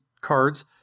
cards